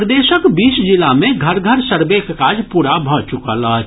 प्रदेशक बीस जिला मे घर घर सर्वेक काज पूरा भऽ चुकल अछि